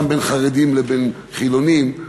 גם בין חרדים לבין חילונים,